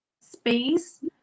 space